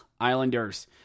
Islanders